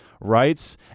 writes